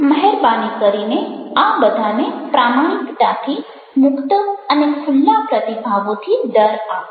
મહેરબાની કરીને આ બધાને પ્રામાણિકતાથી મુક્ત અને ખુલ્લા પ્રતિભાવોથી દર આપો